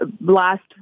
Last